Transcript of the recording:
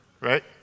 Right